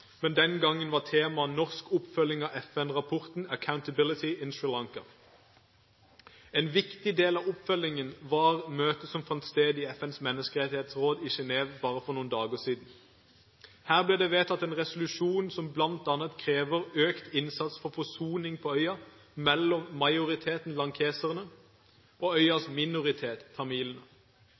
men den gangen var tema norsk oppfølging av FN rapporten Accountability in Sri Lanka. En viktig del av oppfølgingen var møtet som fant sted i FNs menneskerettighetsråd i Genève for bare noen dager siden. Her ble det vedtatt en resolusjon som bl.a. krever økt innstats for forsoning på øya mellom majoriteten, lankeserne, og øyas minoritet,